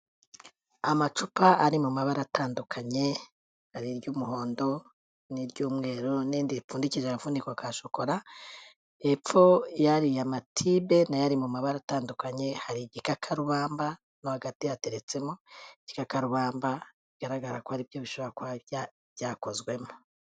Amacupa ari mu mabara atandukanye, hari iry'umuhondo n'iry'umweru n'irindi ripfundikije agafuniko ka shokora, hepfo y'ariya matibe nayo ari mu mabara atandukanye, hari igikakarubamba rwagati hateretsemo igikakarubamba, bigaragara ko ari byo bishobora ko byakozwemo.